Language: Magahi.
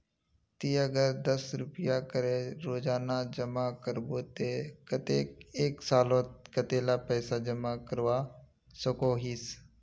ती अगर दस रुपया करे रोजाना जमा करबो ते कतेक एक सालोत कतेला पैसा जमा करवा सकोहिस?